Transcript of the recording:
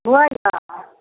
बौआ यौ